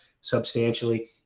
substantially